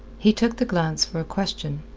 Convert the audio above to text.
he took the glance for a question,